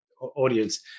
audience